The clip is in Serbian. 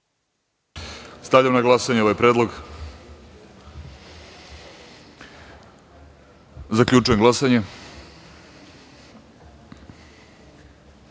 Ne. Stavljam na glasanje ovaj predlog. Zaključujem glasanje: